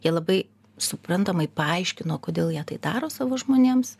jie labai suprantamai paaiškino kodėl jie tai daro savo žmonėms